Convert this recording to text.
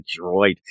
droid